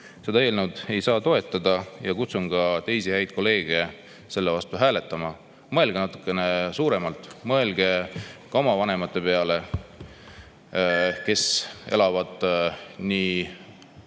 seda eelnõu ei saa toetada ja kutsun üles ka teisi häid kolleege selle vastu hääletama. Mõelge natukene suuremalt, mõelge ka oma vanemate peale, kes elavad kas